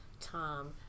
Tom